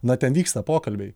na ten vyksta pokalbiai